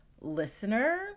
listener